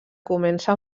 comença